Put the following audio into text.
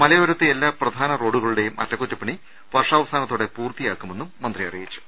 മലയോരത്തെ എല്ലാ പ്രധാന റോഡുകളുടെയും അറ്റ കുറ്റപ്പണി വർഷാവസാനത്തോടെ പൂർത്തിയാകുമെന്നും മന്ത്രി അറിയിച്ചു